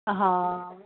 ਹਾਂ